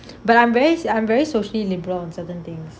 but I'm very I'm very socially liberal on certain things